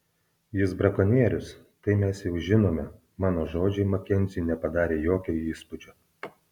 jis brakonierius tai mes jau žinome mano žodžiai makenziui nepadarė jokio įspūdžio